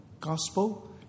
gospel